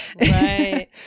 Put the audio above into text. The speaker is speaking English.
Right